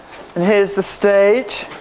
and here's the stage!